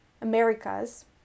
Americas